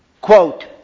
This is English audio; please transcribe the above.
Quote